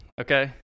Okay